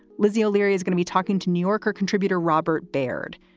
lizzie o'leary is going to be talking to new yorker contributor robert baird.